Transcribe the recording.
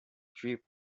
trip